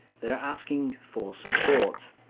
they're asking for support.